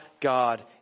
God